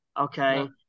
Okay